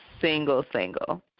single-single